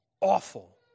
awful